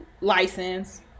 license